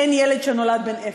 אין ילד שנולד מאפס.